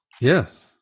Yes